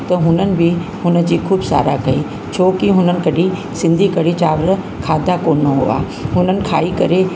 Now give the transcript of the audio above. त हुननि बि हुन जी ख़ूबु साराह कई छोकी हुननि कॾहिं सिंधी कढ़ी चांवर खाधा कोन हुआ हुननि खाई करे